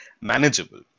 manageable